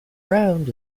round